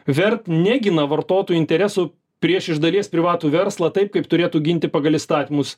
vert negina vartotojų interesų prieš iš dalies privatų verslą taip kaip turėtų ginti pagal įstatymus